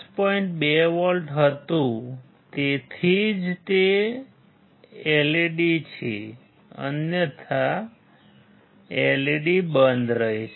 2 volt હતું તેથી જ તે LED છે અન્યથા LED બંધ રહેશે